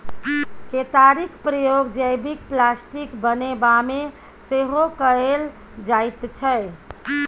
केतारीक प्रयोग जैबिक प्लास्टिक बनेबामे सेहो कएल जाइत छै